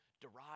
derived